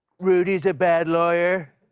rudy is a bad lawyer?